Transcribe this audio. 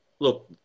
look